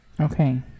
Okay